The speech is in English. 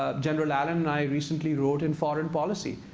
ah general allen and i recently wrote in foreign policy.